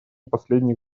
последних